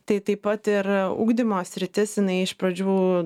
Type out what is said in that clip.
tai taip pat ir ugdymo sritis jinai iš pradžių